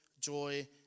joy